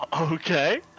Okay